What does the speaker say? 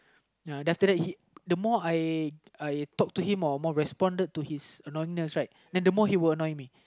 ya then after that the more I I talk to him or more responded to his annoying right then the more he would annoy me